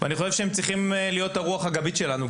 והם צריכים להיות הרוח הגבית שלנו,